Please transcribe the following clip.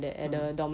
mm